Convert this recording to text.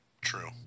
True